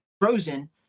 frozen